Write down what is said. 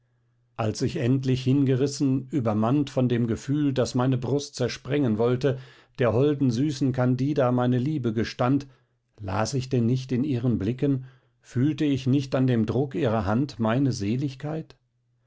als ich endlich hingerissen übermannt von dem gefühl das meine brust zersprengen wollte der holden süßen candida meine liebe gestand las ich denn nicht in ihren blicken fühlte ich nicht an dem druck ihrer hand meine seligkeit